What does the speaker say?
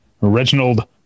reginald